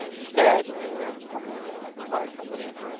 instead, olm's are meant to provide companies